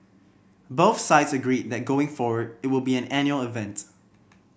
both sides agreed that going forward it would be an annual event